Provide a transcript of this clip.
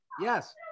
yes